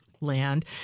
land